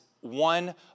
one